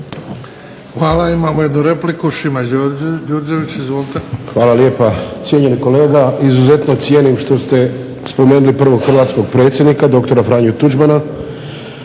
Hvala. Imamo jednu repliku, Šime Đurđević. Izvolite. **Đurđević, Šimo (HDZ)** Hvala lijepa. Cijenjeni kolega izuzetno cijenim što ste spomenuli prvog Hrvatskog predsjednika dr. Franju Tuđmana,